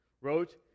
wrote